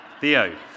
Theo